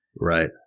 right